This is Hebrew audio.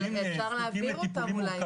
אבל אפשר להעביר אותם אולי.